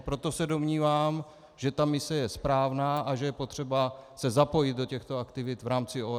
Proto se domnívám, že ta mise je správná a že je potřeba se zapojit do těchto aktivit v rámci OSN.